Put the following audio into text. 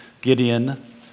Gideon